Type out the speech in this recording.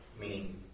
Meaning